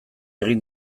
egin